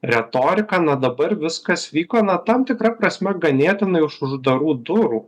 retoriką na dabar viskas vyko na tam tikra prasme ganėtinai už uždarų durų